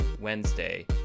Wednesday